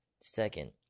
Second